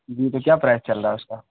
جی تو کیا پرائز چل رہا اس کا